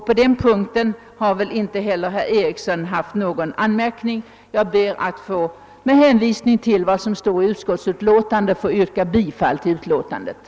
På den punkten har väl inte heller herr Ericson i Örebro haft någon anmärkning att göra. Med hänvisning till vad som står i utskottets utlåtande yrkar jag bifall till dess hemställan.